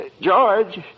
George